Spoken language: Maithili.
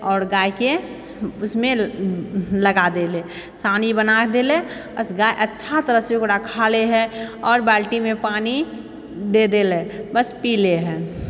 आओर गायके उसमे लगा देइ ला सानी बना देलै बस गाय अच्छा तरहसँ ओकरा खाइ लै है आओर बाल्टीमे पानि दे दै लए बस पी ले है